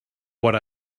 what